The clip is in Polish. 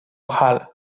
hal